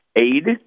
aid